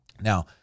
Now